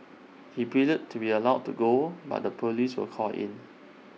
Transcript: he pleaded to be allowed to go but the Police were called in